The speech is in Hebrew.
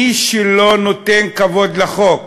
מי שלא נותן כבוד לחוק,